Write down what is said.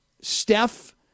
Steph